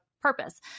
purpose